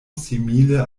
simile